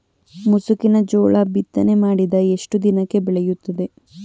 ಮುಸುಕಿನ ಜೋಳ ಬಿತ್ತನೆ ಮಾಡಿದ ಎಷ್ಟು ದಿನಕ್ಕೆ ಬೆಳೆಯುತ್ತದೆ?